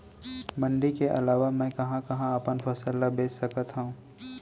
मण्डी के अलावा मैं कहाँ कहाँ अपन फसल ला बेच सकत हँव?